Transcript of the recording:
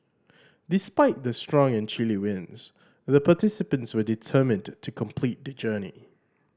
despite the strong and chilly winds the participants were determined to complete the journey